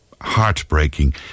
heartbreaking